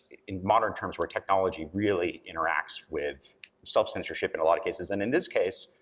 in modern terms, where technology really interacts with self-censorship in a lot of cases. and in this case,